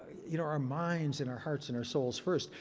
you know, our minds and our hearts and our souls first.